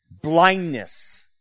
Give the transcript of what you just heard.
blindness